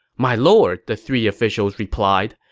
my lord, the three officials replied,